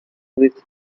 with